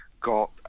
got